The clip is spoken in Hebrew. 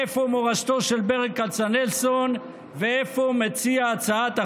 איפה מורשתו של ברל כצנלסון ואיפה מציע הצעת החוק,